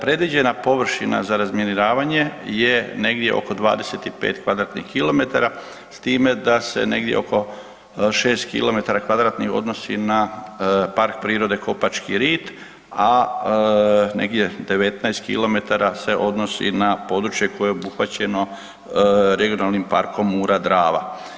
Predviđena površina za razminiravanje je negdje oko 25 kvadratnih kilometara, s time da se negdje oko 6 kilometara kvadratnih odnosi na Park prirode Kopački rit, a negdje 19 kilometara se odnosi na područje koje je obuhvaćeno regionalnim Parkom Mura-Drava.